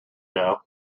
know